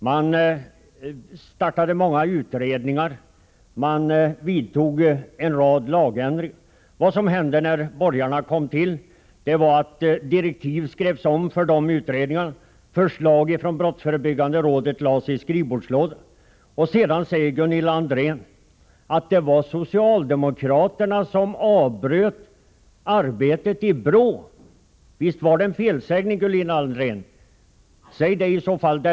Man startade många utredningar och man vidtog en rad lagändringar. Vad som hände när borgarna kom i regeringsställning var att direktiv skrevs om för utredningar och att förslag från brottsförebyggande rådet lades i skrivbordslådan. Sedan säger Gunilla André att det var socialdemokraterna som avbröt arbetet i BRÅ. Visst var det en felsägning, Gunilla André? Säg det i så fall!